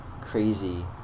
crazy